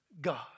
God